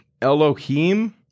Elohim